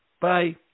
Bye